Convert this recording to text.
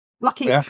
Lucky